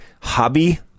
hobby